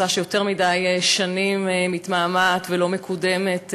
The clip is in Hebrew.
הצעה שיותר מדי שנים מתמהמהת ולא מקודמת.